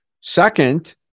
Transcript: Second